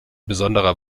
besonderer